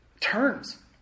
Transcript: turns